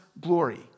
glory